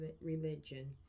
religion